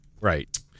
Right